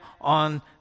on